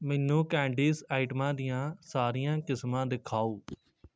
ਮੈਨੂੰ ਕੈਂਡੀਜ਼ ਆਈਟਮਾਂ ਦੀਆਂ ਸਾਰੀਆਂ ਕਿਸਮਾਂ ਦਿਖਾਓ